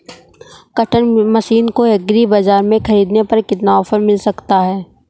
Cutter machine को agri बाजार से ख़रीदने पर कितना ऑफर मिल सकता है?